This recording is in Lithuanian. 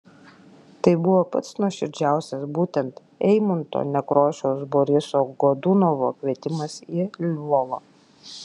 tai buvo pats nuoširdžiausias būtent eimunto nekrošiaus boriso godunovo kvietimas į lvovą